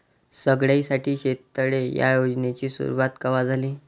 सगळ्याइसाठी शेततळे ह्या योजनेची सुरुवात कवा झाली?